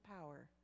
power